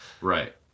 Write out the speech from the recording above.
Right